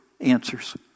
answers